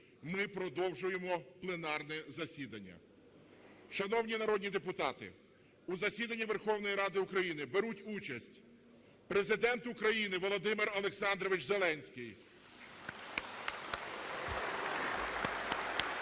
ми продовжуємо пленарне засідання. Шановні народні депутати, у засідання Верховної Ради України беруть участь Президент України Володимир Олександрович Зеленський